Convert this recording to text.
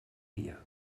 dia